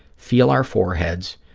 feel our foreheads,